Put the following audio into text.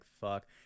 fuck